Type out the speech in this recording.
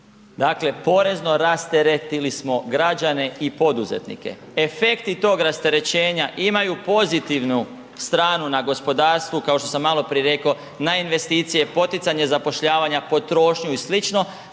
Dakle, porezno rasteretili smo građane i poduzetnike. Efekti tog rasterećenja imaju pozitivnu stranu na gospodarstvu kao što sam maloprije rekao, na investicije, poticanje zapošljavanja, potrošnju i sl.,